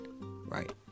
Right